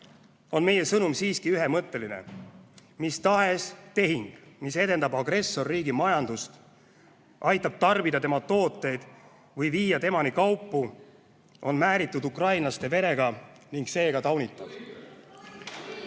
on meie sõnum siiski ühemõtteline: mis tahes tehing, mis edendab agressorriigi majandust, aitab tarbida tema tooteid või viia temani kaupu, on määritud ukrainlaste verega ning seega taunitav.